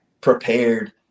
prepared